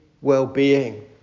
well-being